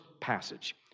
passage